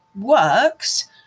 works